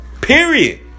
Period